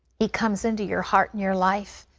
he comes into your heart and your life.